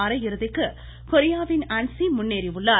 அரையிறுதிக்கு கொரியாவின் ஆன்சி முன்னேறியுள்ளார்